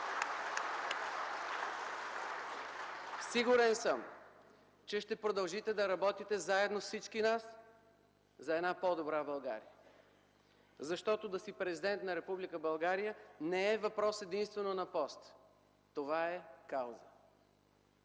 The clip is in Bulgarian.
Сигурен съм, че ще продължите да работите заедно с всички нас за една по-добра България, защото да си президент на Република България не е въпрос единствено на пост, това е кауза!